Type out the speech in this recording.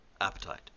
Appetite